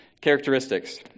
characteristics